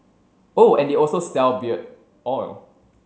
oh and they also sell beard oil